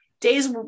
days